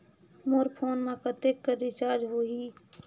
मोर phone मा कतेक कर रिचार्ज हो ही?